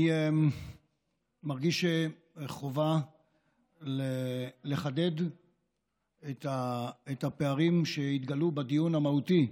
אני מרגיש חובה לחדד את הפערים שהתגלעו בדיון המהותי,